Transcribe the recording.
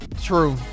True